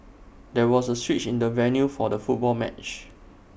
there was A switch in the venue for the football match